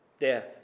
Death